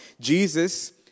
Jesus